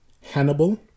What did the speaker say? Hannibal